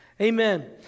Amen